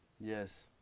Yes